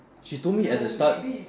she told me at the start